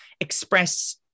express